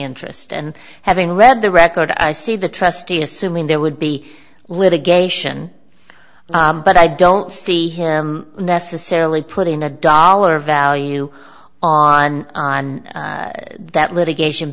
interest and having read the record i see the trustee assuming there would be litigation but i don't see him necessarily putting a dollar value on on that litigation